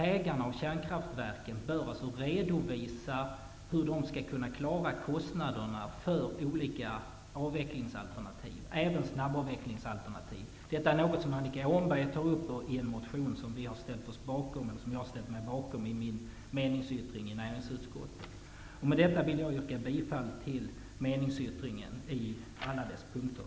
Ägarna av kärnkraftverken bör redovisa hur de skall kunna klara kostnaderna för olika avvecklingsalternativ, även för ett alternativ med snabb avveckling. Detta är något som Annika Åhnberg tar upp i en motion, som jag har ställt mig bakom i min meningsyttring till näringsutskottet. Med detta vill jag yrka bifall till meningsyttringen på alla punkter.